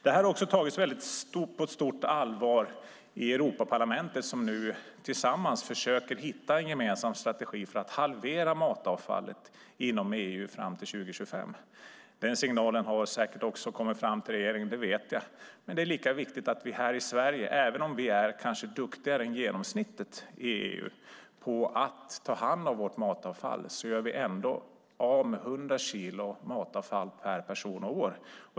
Detta har också tagits på stort allvar i Europaparlamentet som nu försöker hitta en strategi för att halvera matavfallet inom EU fram till 2025. Jag vet att den signalen har nått regeringen, men även om vi är duktigare än genomsnittet i EU på att ta hand om vårt matavfall producerar vi ändå 100 kilo matavfall per person och år.